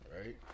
right